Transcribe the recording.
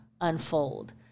unfold